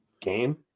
game